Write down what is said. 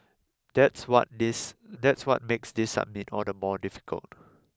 that's what this that's what makes this summit all the more difficult